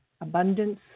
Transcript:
abundance